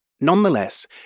Nonetheless